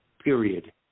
period